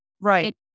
Right